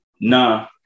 nah